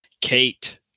Kate